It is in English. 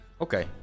Okay